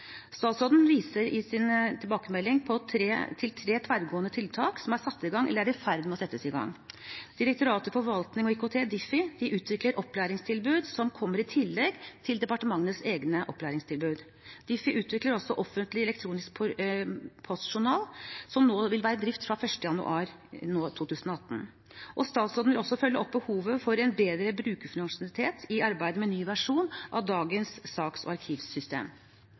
Statsråden viser i sin tilbakemelding til tre tverrgående tiltak som er satt i gang, eller som er i ferd med å settes i gang: Direktoratet for forvaltning og IKT, Difi, utvikler opplæringstilbud som kommer i tillegg til departementenes egne opplæringstilbud. Difi utvikler også Offentlig elektronisk postjournal, som vil være i drift fra 1. januar 2018. Statsråden vil også følge opp behovet for bedre brukerfunksjonalitet i arbeidet med ny versjon av dagens saks- og arkivsystem.